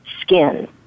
skin